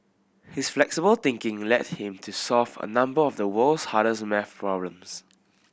his flexible thinking led him to solve a number of the world's hardest maths problems